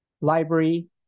library